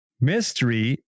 Mystery